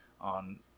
on